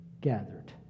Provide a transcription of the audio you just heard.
gathered